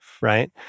right